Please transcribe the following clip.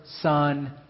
Son